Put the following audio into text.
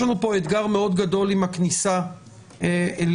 יש לנו פה אתגר מאוד גדול עם הכניסה לישראל.